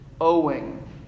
owing